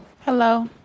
Hello